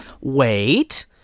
Wait